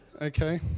Okay